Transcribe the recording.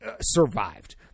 survived